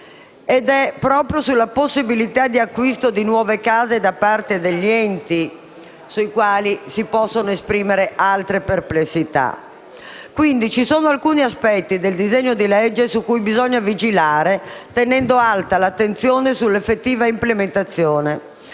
È proprio sulla possibilità di acquisto di nuove case da parte degli enti su cui si possono esprimere altre perplessità. Il disegno di legge presenta quindi alcuni aspetti su cui bisogna vigilare, tenendo alta l'attenzione sull'effettiva implementazione.